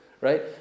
right